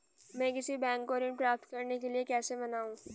मैं किसी बैंक को ऋण प्राप्त करने के लिए कैसे मनाऊं?